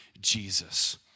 Jesus